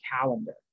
calendar